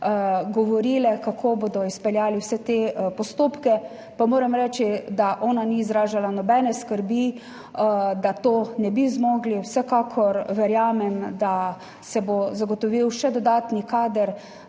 to temo, kako bodo izpeljali vse te postopke. Moram reči, da ona ni izrazila nobene skrbi, da tega ne bi zmogli. Vsekakor verjamem, da se bo zagotovil še dodatni kader